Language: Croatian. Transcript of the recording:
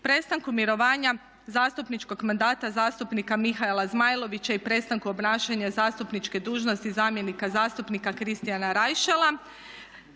Prestanku mirovanja zastupničkog mandata zastupnika Mihaela Zmajlović i prestanku obnašanja zastupničke dužnosti zamjenika zastupnika Kristijana Rajšela.